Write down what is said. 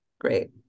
great